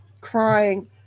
crying